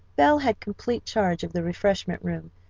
belle had complete charge of the refreshment room,